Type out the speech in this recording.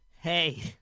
Hey